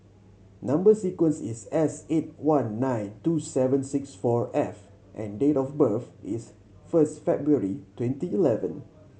number sequence is S eight one nine two seven six four F and date of birth is first February twenty eleven